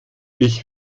ich